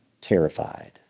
terrified